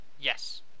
yes